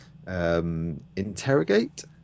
Interrogate